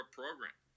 program